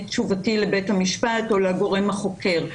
את תשובתי לבית המשפט או לגורם החוקר.